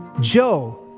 Joe